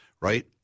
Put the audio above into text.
right